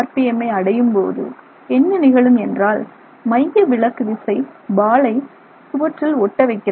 M ஐ அடையும்போது என்ன நிகழும் என்றால் மைய விலக்கு விசை பாலை சுவற்றில் ஒட்ட வைக்கிறது